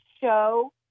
show